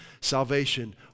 Salvation